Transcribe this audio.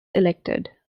elected